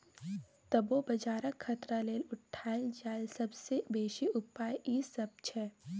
तबो बजारक खतरा लेल उठायल जाईल सबसे बेसी उपाय ई सब छै